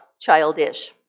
childish